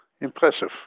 impressive